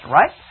right